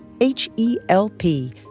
H-E-L-P